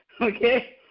okay